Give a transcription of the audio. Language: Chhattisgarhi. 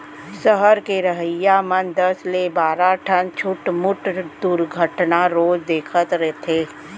सहर के रहइया मन दस ले बारा ठन छुटमुट दुरघटना रोज देखत रथें